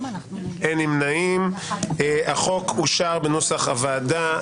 הצבעה בעד 9 נגד 3 החוק אושר בנוסח הוועדה.